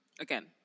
again